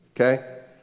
Okay